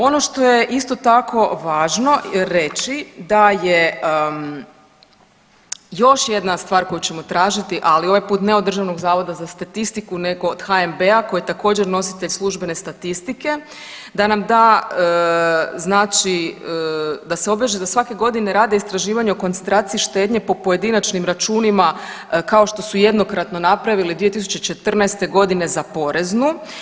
Ono što je isto tako važno reći da je još jedna stvar koju ćemo tražiti, ali ovaj put ne od Državnog zavoda za statistiku nego od HNB-a koji je također nositelj službene statistike, da nam da znači da se obveže da svake godine rade istraživanja o koncentraciji štednje po pojedinačnim računima kao što su jednokratno napravili 2014.g. za poreznu.